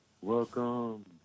Welcome